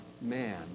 man